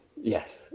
yes